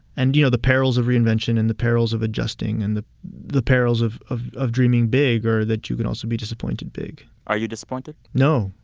and, you know, the perils of reinvention and the perils of adjusting and the the perils of of dreaming big are that you can also be disappointed big are you disappointed? no.